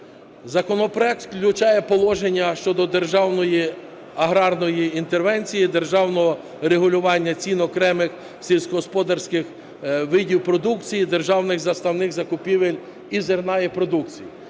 Законопроект включає положення щодо державної аграрної інтервенції, державного регулювання цін, окремих сільськогосподарських видів продукції, державних заставних закупівель і зерна і продукції.